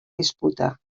disputa